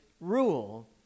rule